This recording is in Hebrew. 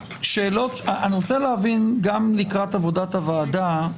אני רוצה להבין גם לקראת עבודת הוועדה,